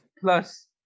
plus